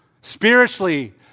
Spiritually